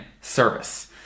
service